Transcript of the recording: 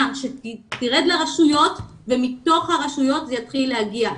שתרד לרשויות ומתוך הרשויות זה יתחיל להגיע.